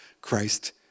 Christ